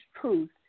truth